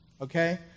Okay